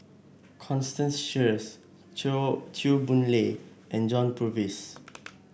Constance Sheares Chew Chew Boon Lay and John Purvis